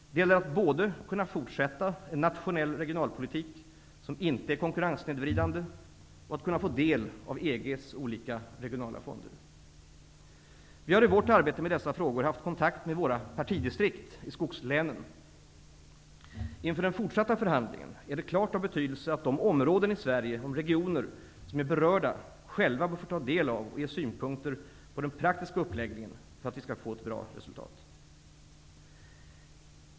Det gäller att både kunna fortsätta en nationell regionalpolitik som inte är konkurrenssnedvridande och kunna få del av EG:s olika regionala fonder. Vi har i vårt arbete med dessa frågor haft kontakt med våra partidistrikt i skogslänen. Inför den fortsatta förhandlingen är det av klar betydelse att de regioner i Sverige som är berörda själva bör få ta del av och ge synpunkter på den praktiska uppläggningen för att vi skall få ett bra resultat.